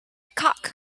cock